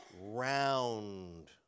round